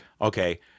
Okay